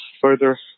further